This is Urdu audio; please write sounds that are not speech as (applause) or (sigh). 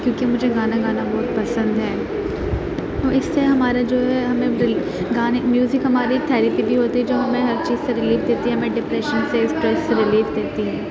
کیونکہ مجھے گانا گانا بہت پسند ہے تو اس سے ہمارا جو ہے ہمیں (unintelligible) گانے میوزک ہماری تھیریپی بھی ہوتی ہے جو ہمیں ہر چیز سے ریلیف دیتی ہے ہمیں ڈپریشن سے اسٹرس سے ریلیف دیتی ہے